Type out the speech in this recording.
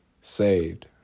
saved